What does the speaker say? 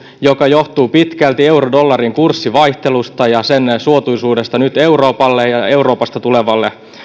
joka johtuu pitkälti euro dollari kurssivaihtelusta ja sen suotuisuudesta nyt euroopalle ja euroopasta tulevalle